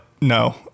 no